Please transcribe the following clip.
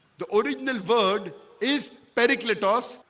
the original word is parakletos,